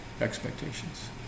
expectations